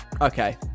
Okay